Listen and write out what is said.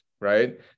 right